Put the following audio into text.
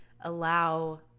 allow